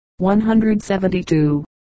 172